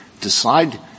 decide